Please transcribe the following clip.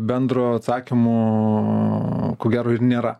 bendro atsakymo ko gero ir nėra